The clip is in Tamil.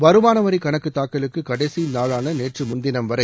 வருமான வரி கணக்குத் தாக்கலுக்கு கடைசி நாளான நேற்று முன்தினம்வரை